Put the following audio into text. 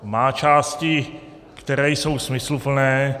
Má části, které jsou smysluplné.